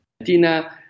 Argentina